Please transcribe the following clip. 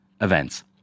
events